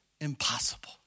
impossible